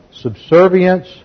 subservience